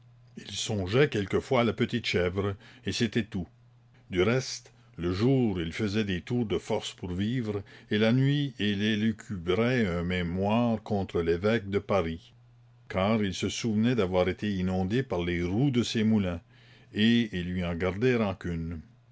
il songeait quelquefois à la petite chèvre et c'était tout du reste le jour il faisait des tours de force pour vivre et la nuit il élucubrait un mémoire contre l'évêque de paris car il se souvenait d'avoir été inondé par les roues de ses moulins et il lui en gardait rancune